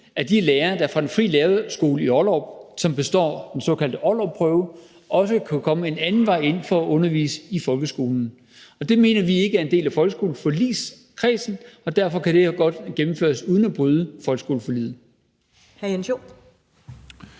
af de lærere fra Den Frie Lærerskole i Ollerup, der består den såkaldte Ollerupprøve, også kan være en anden vej ind til at undervise i folkeskolen. Det mener vi ikke er en del af aftalen i folkeskoleforligskredsen, og derfor kan det her godt gennemføres uden at bryde folkeskoleforliget.